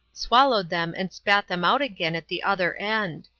swallowed them and spat them out again at the other end.